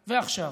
ועכשיו.